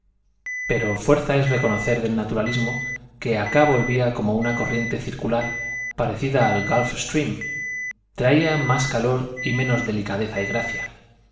pero fuerza es reconocer del naturalismo que acá volvía como una corriente circular parecida al gulf stream traía más calor y menos delicadeza y gracia